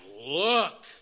look